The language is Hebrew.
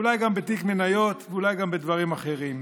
אולי גם בתיק מניות ואולי גם בדברים אחרים.